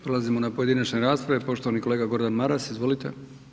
Prelazimo na pojedinačne rasprave, poštovani kolega Gordan Maras, izvolite.